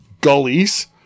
gullies